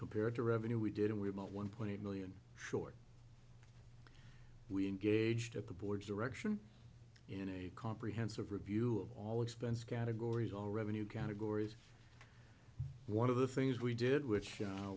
compared to revenue we did and we're about one point eight million short we engaged at the board's direction in a comprehensive review of all expense categories all revenue categories one of the things we did which